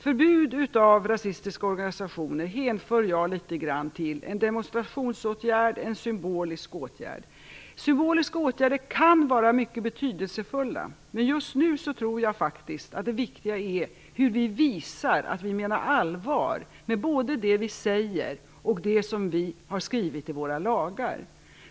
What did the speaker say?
Förbud mot rasistiska organisationer anser jag vara litet av en demonstrationsåtgärd eller en symbolisk åtgärd. Symboliska åtgärder kan vara mycket betydelsefulla. Men just nu tror jag faktiskt att det viktiga är att vi visar att vi menar allvar, både med det vi säger och med det som vi har skrivit i våra lagar.